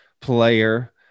player